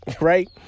Right